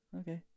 Okay